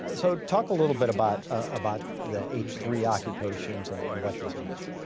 ah so talk a little bit about about the h three occupations and and what this means.